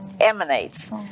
emanates